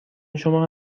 شما